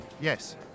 yes